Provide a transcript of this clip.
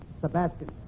Sebastian